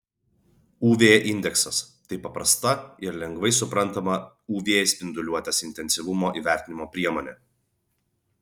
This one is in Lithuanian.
uv indeksas tai paprasta ir lengvai suprantama uv spinduliuotės intensyvumo įvertinimo priemonė